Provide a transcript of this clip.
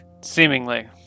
Seemingly